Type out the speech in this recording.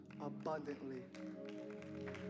abundantly